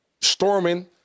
storming